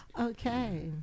Okay